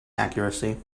accuracy